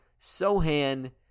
Sohan